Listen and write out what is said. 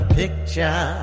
picture